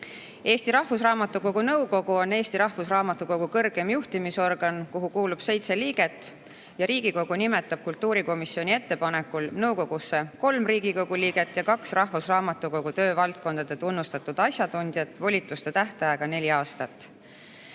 Eesti Rahvusraamatukogu nõukogu on Eesti Rahvusraamatukogu kõrgeim juhtimisorgan, kuhu kuulub seitse liiget. Riigikogu nimetab kultuurikomisjoni ettepanekul nõukogusse kolm Riigikogu liiget ja kaks Rahvusraamatukogu töövaldkondade tunnustatud asjatundjat volituste tähtajaga neli aastat.